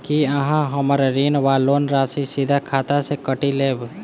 की अहाँ हम्मर ऋण वा लोन राशि सीधा खाता सँ काटि लेबऽ?